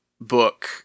book